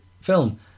film